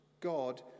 God